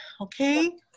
okay